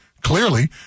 clearly